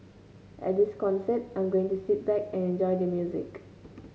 at the concert I'm going to sit back and enjoy the music